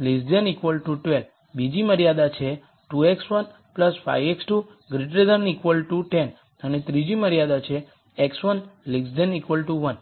12 બીજી મર્યાદા છે 2 x1 5 x2 10 અને ત્રીજી મર્યાદા છે x1 1